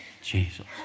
Jesus